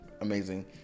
amazing